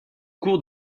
cours